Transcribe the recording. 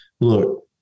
look